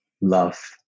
love